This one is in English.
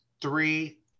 three